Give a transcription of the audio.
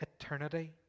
eternity